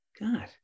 God